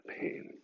pain